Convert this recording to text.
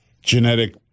genetic